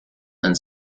and